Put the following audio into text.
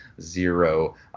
zero